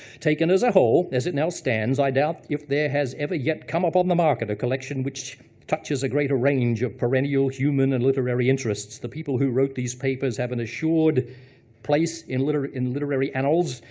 taken as a whole, as it now stands, i doubt if there has ever yet come upon the market a collection which touches a greater range of perennial human and literary interests. the people who wrote these papers have an assured place in literary in literary annals.